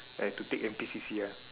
I had to take N_P_C_C ah